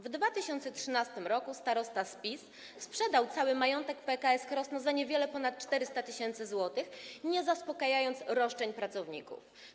W 2013 r. starosta z PiS sprzedał cały majątek PKS Krosno za niewiele ponad 400 tys. zł, nie zaspokajając roszczeń pracowników.